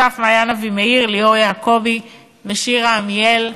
וכן למעין אבי מאיר, ליאור יעקבי ושירה עמיאל.